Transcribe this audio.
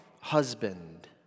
husband